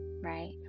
Right